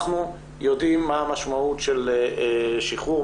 אנחנו יודעים מה המשמעות של שחרור,